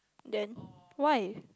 then why